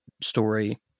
story